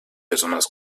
besonders